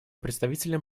представителем